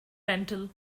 rental